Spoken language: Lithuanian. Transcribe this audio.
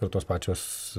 jau tos pačios